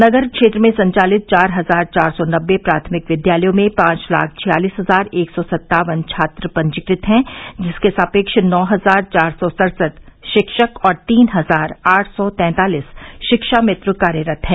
नगर क्षेत्र में संचालित चार हजार चार सौ नब्बे प्राथमिक विद्यालयों में पांच लाख छियालिस हजार एक सौ सत्तावन छात्र पंजीकृत है जिसके सापेक्ष नौ हजार चार सौ सड़सठ शिक्षक और तीन हजार आठ सौ तैंतालिस शिक्षामित्र कार्यरत है